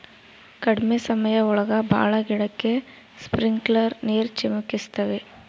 ಕಡ್ಮೆ ಸಮಯ ಒಳಗ ಭಾಳ ಗಿಡಕ್ಕೆ ಸ್ಪ್ರಿಂಕ್ಲರ್ ನೀರ್ ಚಿಮುಕಿಸ್ತವೆ